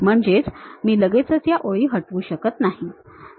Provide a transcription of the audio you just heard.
म्हणजे मी लगेचच या ओळी हटवू शकत नाही